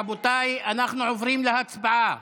רבותיי, אנחנו עוברים להצבעה.